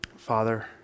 Father